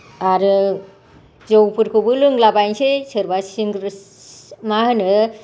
आरो जौफोरखौबो लोंलाबायनोसै सोरबा सिंगोर मा होनो